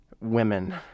women